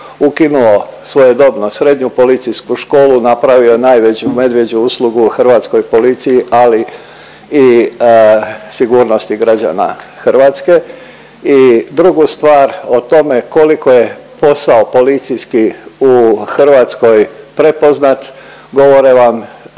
ukinuo svojedobno Srednju policijsku školu, napravio je najveću medvjeđu uslugu Hrvatskoj policiji ali i sigurnosti građana Hrvatske i drugu stvar o tome koliko je posao policijski u Hrvatskoj prepoznat, govore vam